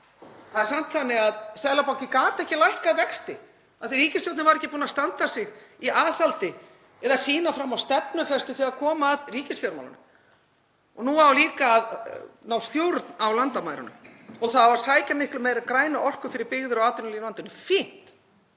Það er samt þannig að Seðlabankinn gat ekki lækkað vexti því að ríkisstjórnin var ekki búin að standa sig í aðhaldi eða sýna fram á stefnufestu í ríkisfjármálunum. Nú á líka að ná stjórn á landamærunum og það á að sækja miklu meiri græna orku fyrir byggðir og atvinnulíf í landinu. Fínt.